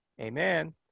amen